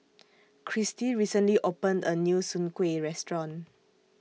Christi recently opened A New Soon Kuih Restaurant